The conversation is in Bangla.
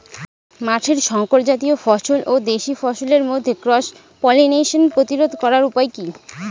মাঠের শংকর জাতীয় ফসল ও দেশি ফসলের মধ্যে ক্রস পলিনেশন প্রতিরোধ করার উপায় কি?